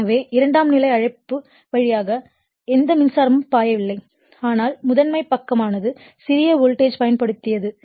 எனவே இரண்டாம் நிலை அழைப்பு வழியாக எந்த மின்சாரமும் பாயவில்லை ஆனால் முதன்மை பக்கமானது சிறிய வோல்டேஜ் பயன்படுத்தியது